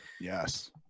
yes